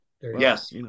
Yes